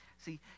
See